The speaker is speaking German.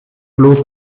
bloß